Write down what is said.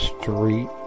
Street